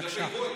בבקשה.